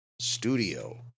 studio